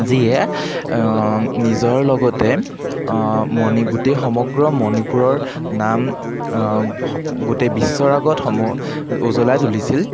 যিয়ে নিজৰ লগতে মণি গোটেই সমগ্ৰ মণিপুৰৰ নাম গোটেই বিশ্বৰ আগত সমূ উজ্বলাই তুলিছিল